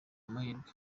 amahirwe